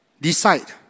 decide